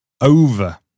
over